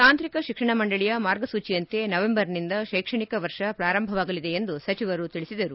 ತಾಂತ್ರಿಕ ಶಿಕ್ಷಣ ಮಂಡಳಿಯ ಮಾರ್ಗಸೂಚಿಯಂತೆ ನವೆಂಬರ್ನಿಂದ ಶೈಕ್ಷಣಿಕ ವರ್ಷ ಪ್ರಾರಂಭವಾಗಲಿದೆ ಎಂದು ಸಚಿವರು ತಿಳಿಸಿದರು